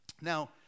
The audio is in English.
Now